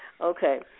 Okay